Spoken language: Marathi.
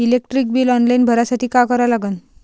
इलेक्ट्रिक बिल ऑनलाईन भरासाठी का करा लागन?